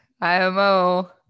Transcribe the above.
IMO